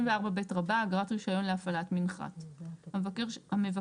34ב. אגרת רישיון להפעלת מנחת - המבקש